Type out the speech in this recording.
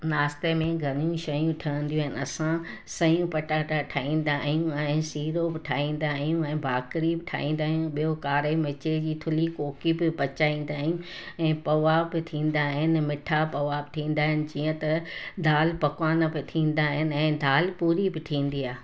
नास्ते में घणियूं शयूं ठहंदियूं आहिनि असां सयूं पटाटा ठाहींदा आहियूं ऐं सीरो बि ठाहींदा आहियूं ऐं बाखिरी बि ठाहींदा आहियूं ॿियों कारे मिर्च जी थुली कोकी बि पचाईंदा आहियूं ऐं पवा बि थींदा आहिनि मीठा पवा बि थींदा आहिनि जीअं त दाल पकवान बि थींदा आहिनि ऐं दाल पूरी बि थींदी आहे